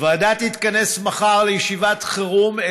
הוועדה תתכנס מחר לישיבת חירום,